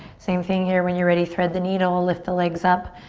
same thing here. when you're ready thread the needle, lift the legs up.